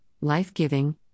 life-giving